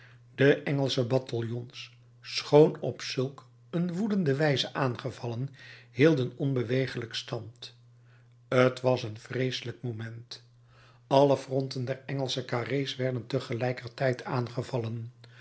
de engelsche bataljons schoon op zulk een woedende wijze aangevallen hielden onbewegelijk stand t was een vreeselijk moment alle fronten der engelsche carré's werden tegelijkertijd aangevallen